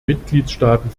mitgliedstaaten